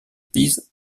pise